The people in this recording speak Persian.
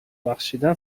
بخشیدن